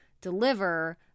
deliver